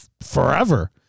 forever